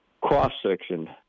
cross-section